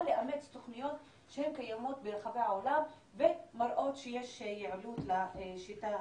או לאמץ תוכניות שהן קיימות ברחבי העולם ומראות שיש יעילות לשיטה הזו.